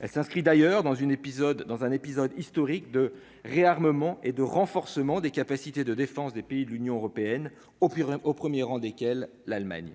elle s'inscrit d'ailleurs dans une épisode dans un épisode historique de réarmement et de renforcement des capacités de défense des pays de l'Union européenne, au pire, au 1er rang desquels l'Allemagne,